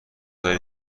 داری